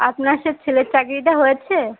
আপনার সে ছেলের চাকরিটা হয়েছে